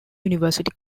university